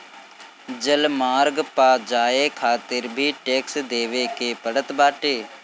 जलमार्ग पअ जाए खातिर भी टेक्स देवे के पड़त बाटे